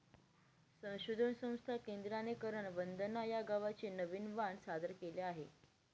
संशोधन संस्था केंद्राने करण वंदना या गव्हाचे नवीन वाण सादर केले आहे